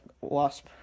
Wasp